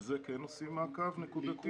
על זה כן עושים מעקב נקודתי.